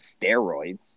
steroids